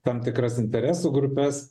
tam tikras interesų grupes